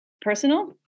personal